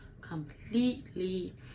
completely